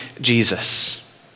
Jesus